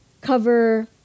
cover